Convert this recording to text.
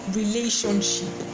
relationship